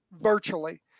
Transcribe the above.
virtually